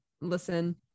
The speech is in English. listen